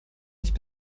nicht